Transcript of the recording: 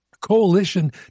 coalition